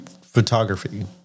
photography